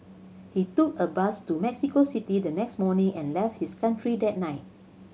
he took a bus to Mexico City the next morning and left his country that night